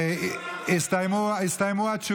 איפה הביקור של, הסתיימו התשובות.